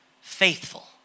faithful